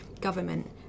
government